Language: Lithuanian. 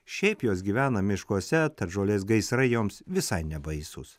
šiaip jos gyvena miškuose tad žolės gaisrai joms visai nebaisūs